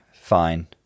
fine